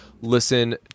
Listen